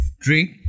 drink